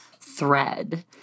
thread